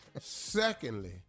Secondly